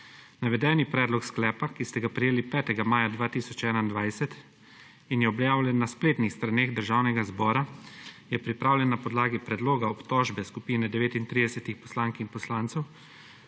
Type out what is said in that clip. Navedeni predlog sklepa, ki ste ga prejeli 5. maja 2021 in je objavljen na spletnih straneh Državnega zbora je pripravljen na podlagi predloga obtožbe skupine 39-ih poslank in poslancev